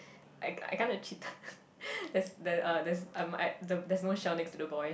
I I kinda cheated there's the uh there's um I there's no shell next to the boy